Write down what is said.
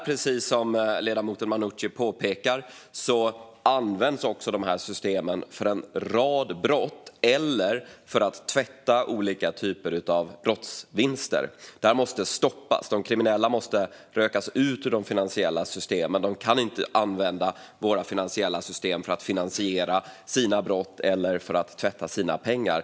Precis som ledamoten Manouchi påpekar används också dessa system för en rad brott och för att tvätta olika typer av brottsvinster. Detta måste stoppas, och de kriminella måste rökas ut ur de finansiella systemen. De ska inte kunna använda våra finansiella system för att finansiera sina brott eller tvätta sina pengar.